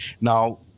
Now